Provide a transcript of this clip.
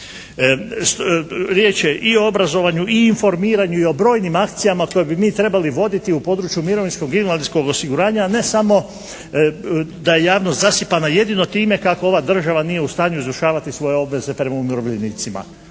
Riječ je i o obrazovanju i informiranju i o brojnim akcijama koje bi mi trebali voditi u području mirovinskog-invalidskog osiguranja, a ne samo da je javnost zasipana jedino time kako ova država nije u stanju izvršavati svoje obveze prema umirovljenicima,